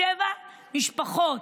שבע משפחות,